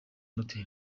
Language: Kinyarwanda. noteri